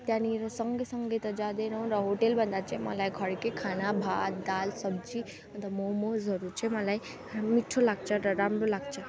त्यहाँनिर सँगै सँगै त जाँदैनौँ र होटलभन्दा चाहिँ मलाई घरकै खाना भात दाल सब्जी अन्त मोमोजहरू चाहिँ मलाई मिठो लाग्छ र राम्रो लाग्छ